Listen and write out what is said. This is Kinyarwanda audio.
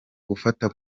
gufata